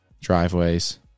driveways